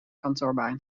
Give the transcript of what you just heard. kantoorbaan